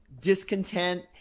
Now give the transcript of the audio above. discontent